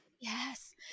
Yes